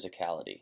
physicality